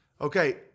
Okay